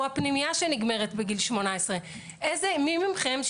או הפנימייה שנגמרת בגיל 18. מי מכם,